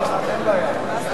שמיות יחד?